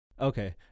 Okay